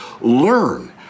Learn